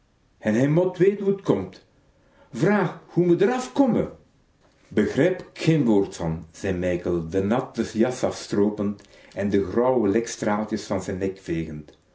en hij mot wete hoe t komt vraag hoe me d'r àfkomme begrijp k geen woord van zei mijkel de natte jas afstroopend en de grauwe lekstraaltjes van z'n